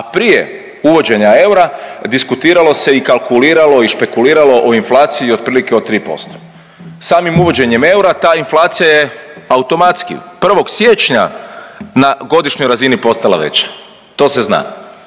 a prije uvođenja eura diskutiralo se i kalkuliralo i špekuliralo o inflaciji otprilike od 3%. Samim uvođenjem eura ta inflacija je automatski 1. siječnja na godišnjoj razini postala veća, to se zna.